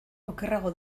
okerrago